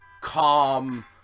calm